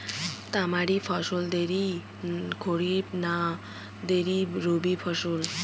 তামারি ফসল দেরী খরিফ না দেরী রবি ফসল?